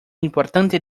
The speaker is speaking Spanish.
importante